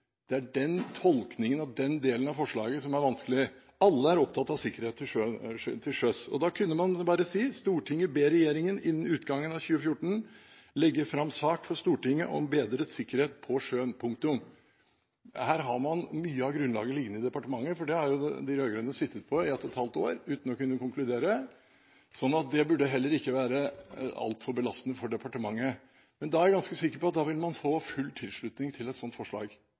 Det er tolkningen av den delen av forslaget som er vanskelig. Alle er opptatt av sikkerhet til sjøs, og da kunne man bare si: Stortinget ber regjeringen innen utgangen av 2014 legge fram sak for Stortinget om bedret sikkerhet på sjøen – punktum. Her har man mye av grunnlaget liggende i departementet, for det har jo de rød-grønne sittet på i ett og et halvt år uten å kunne konkludere. Det burde heller ikke være altfor belastende for departementet. Et sånt forslag er jeg ganske sikker på at man ville få full tilslutning til.